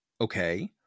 Okay